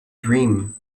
dream